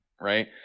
right